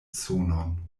sonon